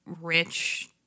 rich